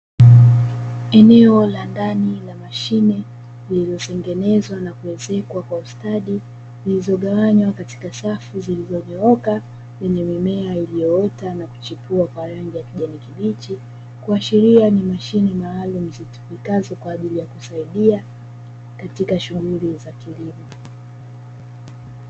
Eneo la ndani la mashine zilizotengenezwa na kuezekwa kwa ustadi zilizogawanywa katika safu zilizonyooka, zenye mimea iliyoota na kuchipua na kwa rangi ya kijani kibichi, kuashiria ni mashine maalumu zitumikano kwa ajili ya kusaidia katika shughuli za kilimo.